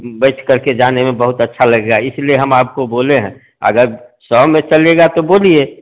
बैठ कर के जाने में बहुत अच्छा लगेगा इसलिए हम आपको बोले हैं अगर सौ में चलिएगा तो बोलिए